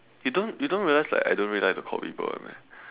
you don't you don't realize like I don't really like to call people [one] meh